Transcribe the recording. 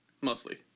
Mostly